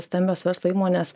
stambios verslo įmonės